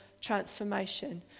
transformation